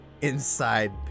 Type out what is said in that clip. inside